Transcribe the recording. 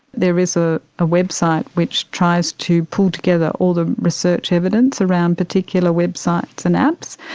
there is a website which tries to pull together all the research evidence around particular websites and apps,